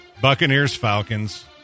Buccaneers-Falcons